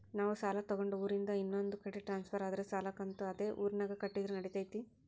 ನಾವು ಸಾಲ ತಗೊಂಡು ಊರಿಂದ ಇನ್ನೊಂದು ಕಡೆ ಟ್ರಾನ್ಸ್ಫರ್ ಆದರೆ ಸಾಲ ಕಂತು ಅದೇ ಊರಿನಾಗ ಕಟ್ಟಿದ್ರ ನಡಿತೈತಿ?